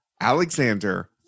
alexander